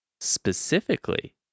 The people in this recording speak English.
Specifically